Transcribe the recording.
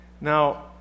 Now